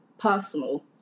personal